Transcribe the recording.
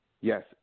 Yes